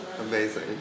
Amazing